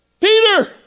Peter